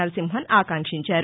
నరసింహన్ ఆకాంక్షించారు